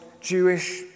Jewish